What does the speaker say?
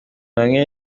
bamwe